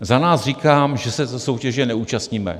Za nás říkám, že se soutěže neúčastníme.